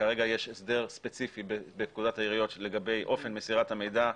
כרגע יש הסדר ספציפי בפקודת העיריות לגבי אופן מסירת המידע,